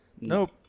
Nope